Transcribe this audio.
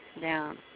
down